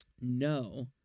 No